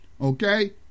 Okay